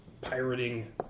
pirating